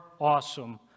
awesome